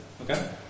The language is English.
Okay